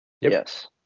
Yes